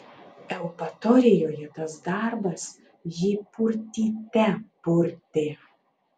eupatorijoje tas darbas jį purtyte purtė